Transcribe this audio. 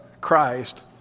Christ